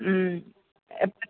എപ്പം